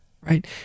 Right